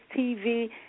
TV